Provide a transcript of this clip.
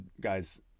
guys